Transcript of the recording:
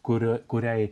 kuria kuriai